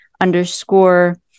underscore